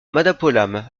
madapolam